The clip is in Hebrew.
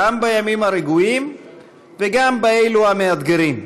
גם בימים הרגועים וגם באלו המאתגרים.